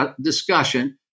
discussion